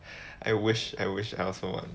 I wish I wish I also want